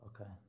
okay